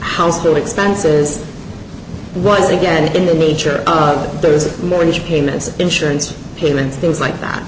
the expenses rise again in the nature of the mortgage payments insurance payments things like that